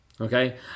okay